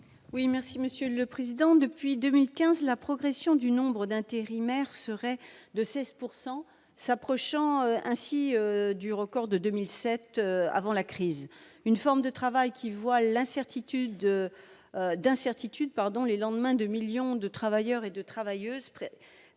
Oui, merci Monsieur le Président, depuis 2015 la progression du nombre d'intérimaires, serait de 16 pourcent,, s'approchant ainsi du record de 2007 avant la crise, une forme de travail qui voit l'incertitude d'incertitude, pardon, les lendemains 2 millions de travailleurs et de travailleuses